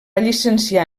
llicenciar